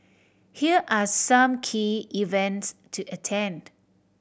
here are some key events to attend